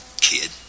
kid